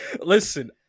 Listen